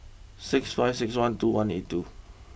six five six one two one eight two